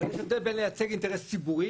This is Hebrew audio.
אבל יש הבדל בין לייצג אינטרס ציבורי,